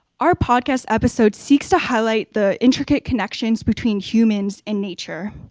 our podcast episode seeks to highlight, the intricate connections between humans and nature.